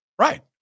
Right